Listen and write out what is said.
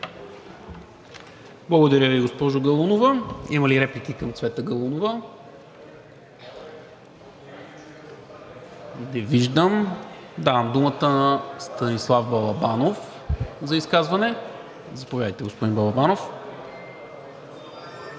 Благодаря Ви, госпожо Галунова. Има ли реплики към Цвета Галунова? Не виждам. Давам думата на Станислав Балабанов за изказване. Заповядайте, господин Балабанов.